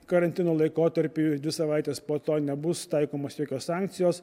karantino laikotarpiu dvi savaites po to nebus taikomos jokios sankcijos